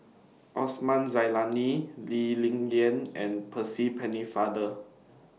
Osman Zailani Lee Ling Yen and Percy Pennefather